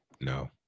no